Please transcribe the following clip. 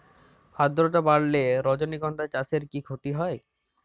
আদ্রর্তা বাড়লে রজনীগন্ধা চাষে কি ক্ষতি হয়?